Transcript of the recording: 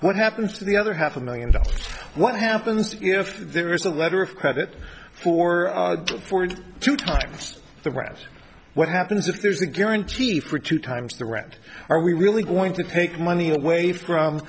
what happens to the other half a million dollars what happens if there is a letter of credit for forty two times the rest what happens if there's a guarantee for two times the rent are we really going to take money away from